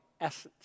essence